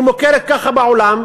היא מוכרת ככה בעולם,